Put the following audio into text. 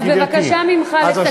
אז בבקשה ממך, לסכם את זה ולרדת מהדוכן.